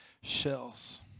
shells